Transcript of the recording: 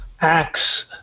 acts